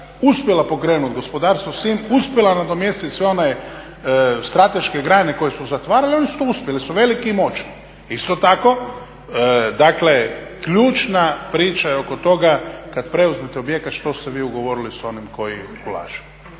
uspjela pokrenut gospodarstvo s tim, uspjela nadomjestit sve one strateške grane koje su zatvarale i oni su to uspjeli jer su veliki i moćni. Isto tako dakle ključna je priča oko toga kad preuzmete objekt što ste vi ugovorili s onim koji ulaže,